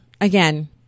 again